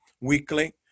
weekly